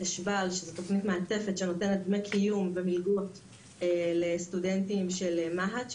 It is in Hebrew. תוכנית מעטפת שנותנת דמי קיום ומלגות לסטודנטים של מה"ט,